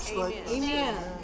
Amen